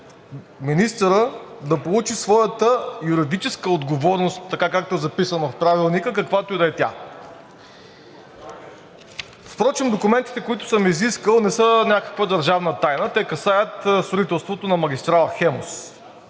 министърът да получи своята юридическа отговорност така, както е записано в Правилника, каквато и да е тя. Впрочем документите, които съм изискал, не са някаква държавна тайна. Те касаят строителството на магистрала „Хемус“.